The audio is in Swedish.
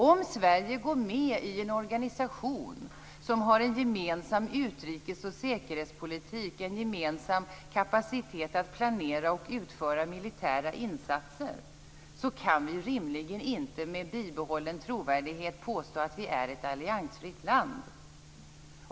Om Sverige går med i en organisation som har en gemensam utrikes och säkerhetspolitik, en gemensam kapacitet att planera och utföra militära insatser, så kan vi rimligen inte med bibehållen trovärdighet påstå att vi är ett alliansfritt land.